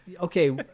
okay